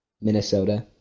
Minnesota